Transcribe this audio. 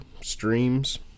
streams